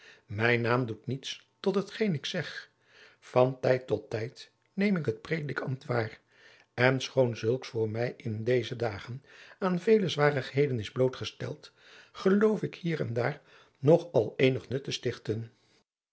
mijn naam doet niets tot hetgeen ik zeg van tijd tot tijd neem ik het predikambt waar en schoon zulks voor mij in deze dagen aan vele zwarigheden is blootgesteld geloof ik hier en daar nog al eenig nut te stichten